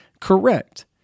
correct